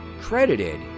Credited